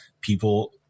people